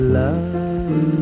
love